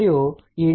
మరియు ఈ ఇండక్టర్ 0